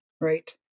Right